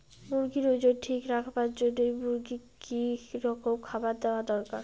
মুরগির ওজন ঠিক রাখবার জইন্যে মূর্গিক কি রকম খাবার দেওয়া দরকার?